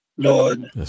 Lord